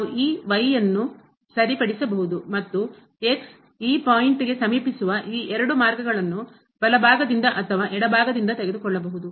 ನಾವು ಈ ಅನ್ನು ಸರಿ ಪಡಿಸಬಹುದು ಮತ್ತು ಈ ಪಾಯಿಂಟ್ ಗೆ ಹಂತಕ್ಕೆ ಸಮೀಪಿಸುವ ಈ ಎರಡು ಮಾರ್ಗಗಳನ್ನು ಬಲಭಾಗದಿಂದ ಅಥವಾ ಎಡಭಾಗದಿಂದ ತೆಗೆದುಕೊಳ್ಳಬಹುದು